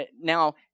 now